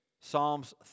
Psalms